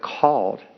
called